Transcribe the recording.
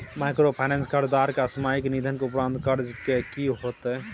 Microfinance के कर्जदार के असामयिक निधन के उपरांत कर्ज के की होतै?